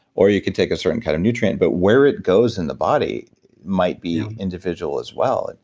or you could take a certain kind of nutrient. but where it goes in the body might be individual as well. and